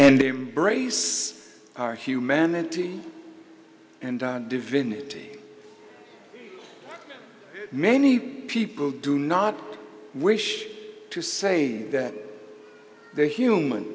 and embrace our humanity and divinity many people do not wish to say that their human